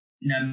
no